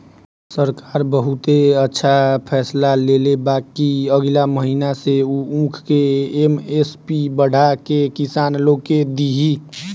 सरकार बहुते अच्छा फैसला लेले बा कि अगिला महीना से उ ऊख के एम.एस.पी बढ़ा के किसान लोग के दिही